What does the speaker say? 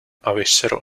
avessero